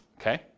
Okay